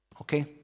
Okay